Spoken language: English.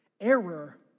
Error